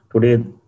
Today